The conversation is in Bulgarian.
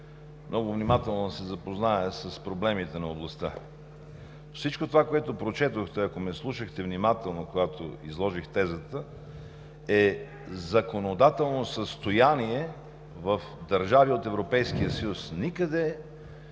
много внимателно да се запознае с проблемите на областта. Всичко това, което прочетохте – ако ме слушахте внимателно, когато изложих тезата, е законодателно състояние в държави от Европейския съюз! Никъде